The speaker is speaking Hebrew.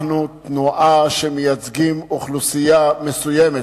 אנחנו תנועה שמייצגת אוכלוסייה מסוימת.